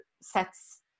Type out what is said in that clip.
sets